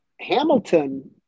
Hamilton